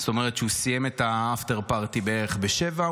זאת אומרת שהוא סיים את האפטר-פארטי בערך ב-07:00,